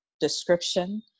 description